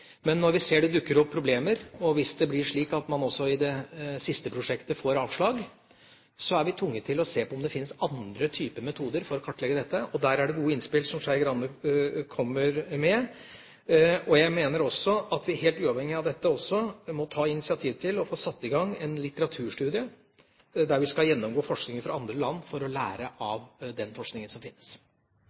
Men når vi ser at det dukker opp problemer, og hvis det blir slik at man også i det siste prosjektet får avslag, er vi tvunget til å se på om det fins andre type metoder for å kartlegge dette. Der er det gode innspill representanten Skei Grande kommer med. Jeg mener også at vi, helt uavhengig av dette, må ta initiativ til å få satt i gang en litteraturstudie, der vi skal gjennomgå forskning fra andre land, for å lære av den forskningen som